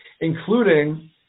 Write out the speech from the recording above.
including